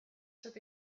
should